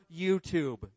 YouTube